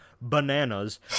bananas